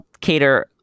cater